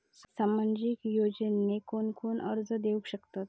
सामाजिक योजनेक कोण कोण अर्ज करू शकतत?